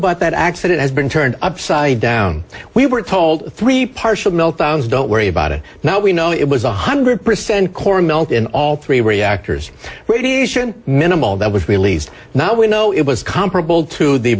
about that accident has been turned upside down we were told three partial meltdowns don't worry about it now we know it was one hundred percent core melt in all three reactors radiation minimal that was released now we know it was comparable to the